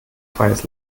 freies